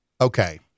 Okay